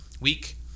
week